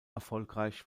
erfolgreich